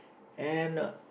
and